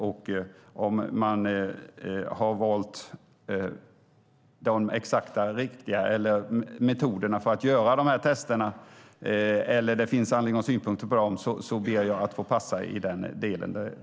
Om man har valt de exakt riktiga metoderna för att göra dessa tester eller om det finns anledning att ha synpunkter på dem ber jag att få passa i den delen.